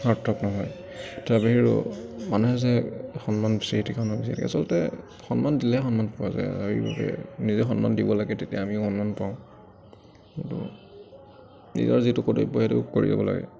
সাৰ্থক নহয় তাৰ বাহিৰেও মানুহে যে সন্মান বিচাৰি থাকে অনবৰত যে আচলতে সন্মান দিলে সন্মান পোৱা যায় আৰু যে নিজে সন্মান দিব লাগে তেতিয়া আমিও সন্মান পাওঁ কিন্তু নিজৰ যিটো কৰ্তব্য সেইটো কৰি যাব লাগে